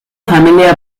familia